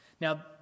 Now